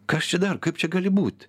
kas čia dar kaip čia gali būt